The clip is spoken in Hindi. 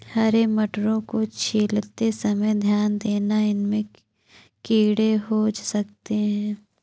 हरे मटरों को छीलते समय ध्यान देना, इनमें कीड़े हो सकते हैं